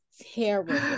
terrible